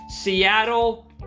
Seattle